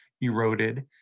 eroded